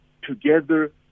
Together